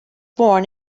born